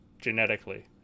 genetically